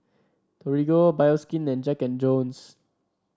Torigo Bioskin and Jack And Jones